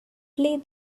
play